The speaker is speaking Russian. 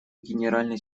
генеральный